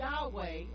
Yahweh